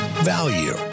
value